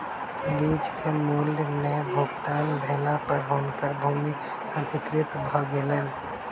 lease के मूल्य नै भुगतान भेला पर हुनकर भूमि अधिकृत भ गेलैन